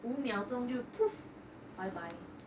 五秒钟就 bye bye